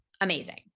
Amazing